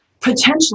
potentially